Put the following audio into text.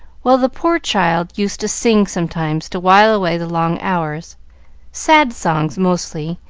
well, the poor child used to sing sometimes to while away the long hours sad songs mostly,